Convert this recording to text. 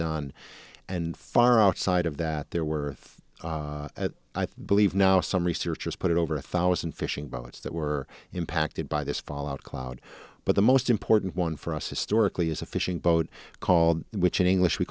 done and far outside of that they're worth i believe now some researchers put it over a thousand fishing boats that were impacted by this fallout cloud but the most important one for us historically is a fishing boat called which in english we